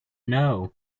know